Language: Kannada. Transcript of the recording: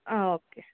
ಹಾಂ ಓಕೆ